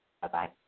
Bye-bye